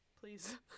please